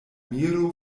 emiro